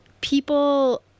people